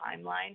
timeline